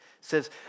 says